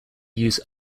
use